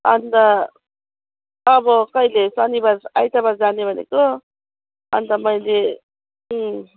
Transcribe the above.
अन्त अब कहिले शनिवार आइतवार जाने भनेको अन्त मैले